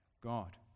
God